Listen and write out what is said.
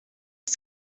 است